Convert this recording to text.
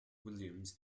williams